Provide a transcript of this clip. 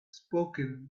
spoken